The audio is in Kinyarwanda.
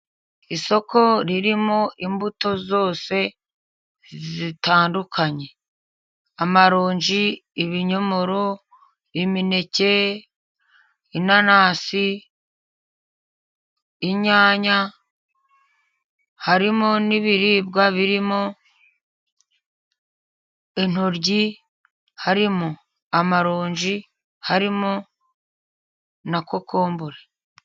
Isoko ririmo imbuto zose zitandukanye, amaronji, ibinyomoro, imineke, inanasi, inyanya, harimo n'ibiribwa birimo intoryi, harimo amaronji, harimo na kokombure.